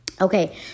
Okay